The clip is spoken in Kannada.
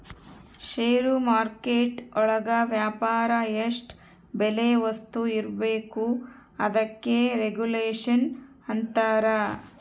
ಷೇರು ಮಾರ್ಕೆಟ್ ಒಳಗ ವ್ಯಾಪಾರ ಎಷ್ಟ್ ಬೆಲೆ ವಸ್ತು ಇರ್ಬೇಕು ಅದಕ್ಕೆ ರೆಗುಲೇಷನ್ ಅಂತರ